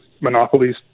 Monopolies